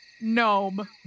gnome